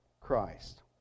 Christ